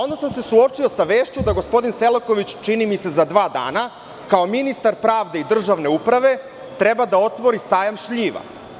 Onda sam se suočio sa vešću da gospodin Selaković, čini mi se za dva dana, kao ministar pravde i državne uprave treba da otvori sajam šljiva.